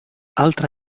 altre